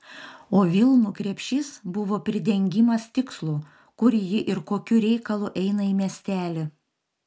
o vilnų krepšys buvo pridengimas tikslo kur ji ir kokiu reikalu eina į miestelį